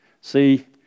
See